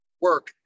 work